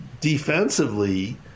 defensively